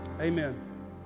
Amen